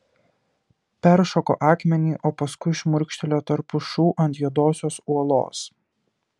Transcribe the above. peršoko akmenį o paskui šmurkštelėjo tarp pušų ant juodosios uolos